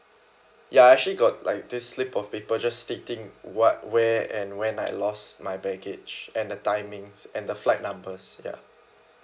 ya I actually got like this slip of paper just stating what where and when I lost my baggage and the timings and the flight numbers ya